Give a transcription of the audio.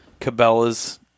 Cabela's